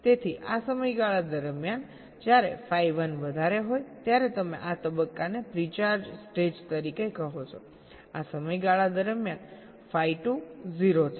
તેથી આ સમયગાળા દરમિયાન જ્યારે phi 1 વધારે હોય ત્યારે તમે આ તબક્કાને પ્રીચાર્જ સ્ટેજ તરીકે કહો છો આ સમયગાળા દરમિયાન phi 2 0 છે